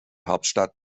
hauptstadt